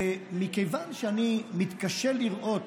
ומכיוון שאני מתקשה לראות,